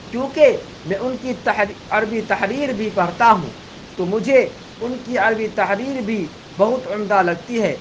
کیونکہ میں ان کی عربی تحریر بھی پڑھتا ہوں تو مجھے ان کی عربی تحریر بھی بہت عمدہ لگتی ہے